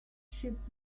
ships